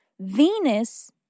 Venus